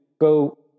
go